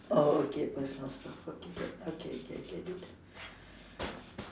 oh okay personal stuff okay can okay okay okay okay I get it